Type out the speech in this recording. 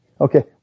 Okay